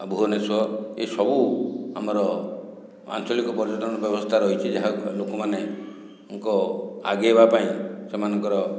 ଆଉ ଭୁବନେଶ୍ୱର ଏସବୁ ଆମର ଆଞ୍ଚଳିକ ପର୍ଯ୍ୟଟନ ବ୍ୟବସ୍ଥା ରହିଛି ଯାହାକୁ ଲୋକମାନଙ୍କ ଆଗେଇବା ପାଇଁ ସେମାନଙ୍କର